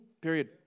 Period